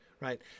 right